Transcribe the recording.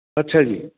ਅੱਛਾ ਜੀ